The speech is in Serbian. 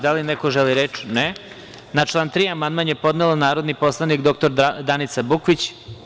Da li neko želi reč? (Ne.) Na član 3. amandman je podnela narodni poslanik dr Danica Bukvić.